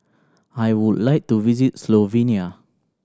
I would like to visit Slovenia